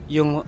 Yung